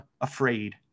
afraid